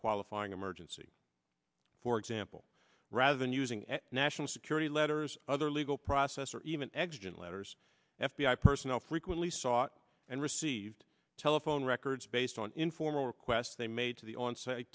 qualifying emergency for example rather than using as national security letters other legal process or even existent letters f b i personnel frequently sought and received telephone records based on informal requests they made to the on s